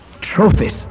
Trophies